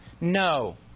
No